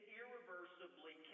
irreversibly